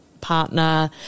partner